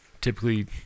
typically